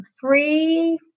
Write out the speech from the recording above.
three